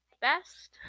best